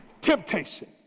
temptation